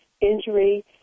injury